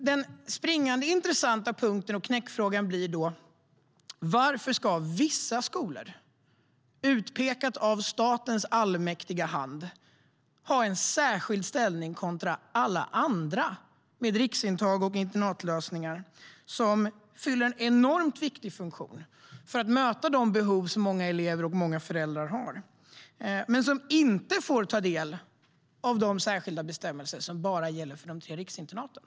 Den springande intressanta punkten och knäckfrågan blir då varför vissa skolor, utpekade av statens allsmäktiga hand, ska ha en särskild ställning kontra alla andra skolor som har riksintag och internatlösningar och som fyller en enormt viktig funktion när det gäller att möta de behov som många elever och föräldrar har. De får inte ta del av de särskilda bestämmelserna, som bara gäller de tre riksinternaten.